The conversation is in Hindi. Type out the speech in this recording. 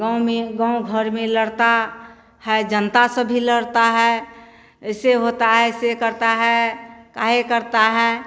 गाँव में गाँव घर में लड़ते हैं जनता सब भी लड़ती है ऐसे होता है ऐसे करते हैं काहे करता है